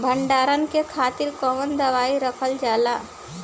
भंडारन के खातीर कौन दवाई रखल जाला?